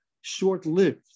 short-lived